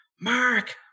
Mark